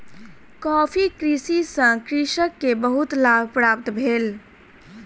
coffee कृषि सॅ कृषक के बहुत लाभ प्राप्त भेल